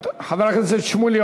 חבר הכנסת שמולי,